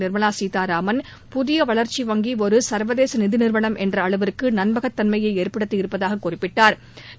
Nirmala Sitharaman புதியவளர்ச்சி வங்கிஒருசர்வதேசநிதிநிறுவனம் என்றஅளவிற்குநம்பகத்தன்மையைஏற்படுத்தி இருப்பதாககுறிப்பிட்டாா்